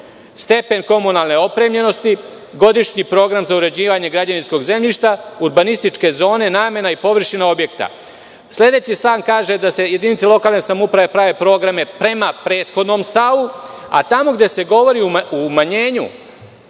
stepen komunalne opremljenosti, godišnji program za uređivanje građevinskog zemljišta, urbanističke zone, namena i površina objekta. Sledeći stav kaže da će jedinice lokalne samouprave praviti programe prema prethodnom stavu. Tamo gde se govori o umanjenju,